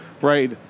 right